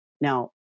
now